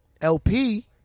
LP